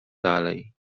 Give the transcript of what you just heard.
dalej